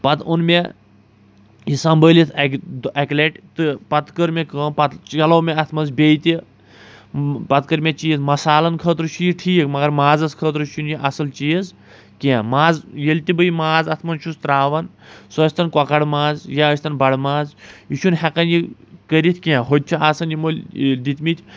پَتہٕ اوٚن مےٚ یہِ سمبٲلِتھ اَکہِ لَٹہِ تہٕ پَتہٕ کٔر مےٚ کٲم پَتہٕ چلو مےٚ اَتھ منٛز بیٚیہِ تہِ پَتہٕ کٔر مےٚ چیٖز مَصالَن خٲطرٕ چھُ یہِ ٹھیٖک مَگر مازَس خٲطرٕ چھنہٕ یہِ اَصٕل چیٖز کیٚنٛہہ ماز ییٚلہِ تہِ بہٕ یہِ ماز اَتھ منٛز چھُس تراوَن سُہ ٲسۍ تَن کۄکر ماز یا ٲسۍ تَن بَڑٕ ماز یہِ چھنہٕ ہیٚکان یہِ کٔرِتھ کیٚنٛہہ ہُتہِ چھِ آسان یِمو یہِ دتمٕتۍ